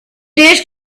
this